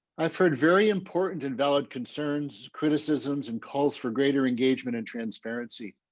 i've heard very important and valid concerns criticisms and calls for greater engagement and transparency.